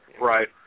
Right